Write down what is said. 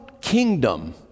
kingdom